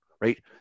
Right